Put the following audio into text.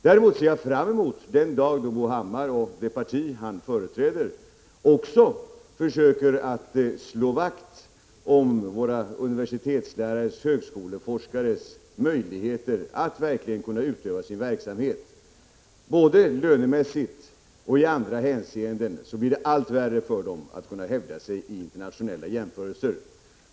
Däremot ser jag fram emot den dag då Bo Hammar och det parti han företräder också försöker slå vakt om våra universitetslärares och högskoleforskares möjligher att verkligen kunna bedriva sin verksamhet. Både lönemässigt och i andra hänseenden blir det allt svårare för dem att hävda sig vid internationella jämförelser.